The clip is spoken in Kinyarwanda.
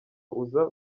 uza